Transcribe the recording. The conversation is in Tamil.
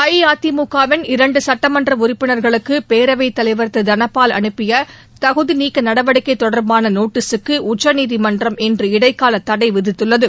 அஇஅதிமுக வின் இரண்டு சுட்டமன்ற உறுப்பினா்களுக்கு பேரவைத் தலைவா் திரு தனபால் அனுப்பிய தகுதிநீக்க நடவடிக்கை தொடர்பான நோட்டீஸுக்கு உச்சநீதிமன்றம் இன்று இடைக்கால தடை விதித்துள்ளது